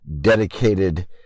dedicated